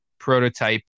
Prototype